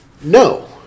No